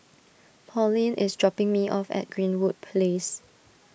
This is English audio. Pauline is dropping me off at Greenwood Place